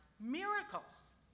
miracles